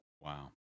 Wow